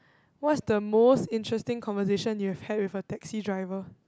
what's the most interesting conversation you've had with a taxi driver